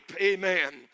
amen